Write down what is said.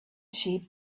sheep